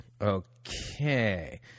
okay